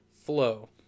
flow